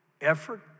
Effort